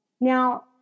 Now